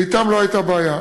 ואתם לא הייתה בעיה.